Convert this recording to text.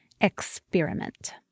Experiment